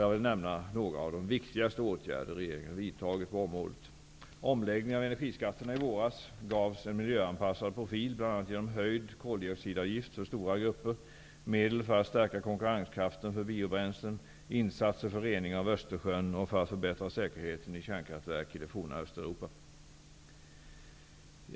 Jag vill nämna några av de viktigaste åtgärder regeringen vidtagit på området: * Omläggningen av energiskatterna i våras gavs en miljöanpassad profil, bl.a. genom höjd koldioxidavgift för stora grupper, medel för att stärka konkurrenskraften för biobränslen, insatser för rening av Östersjön och för att förbättra säkerheten i kärnkraftverk i det forna Östeuropa.